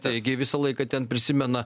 taigi visą laiką ten prisimena